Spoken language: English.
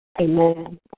Amen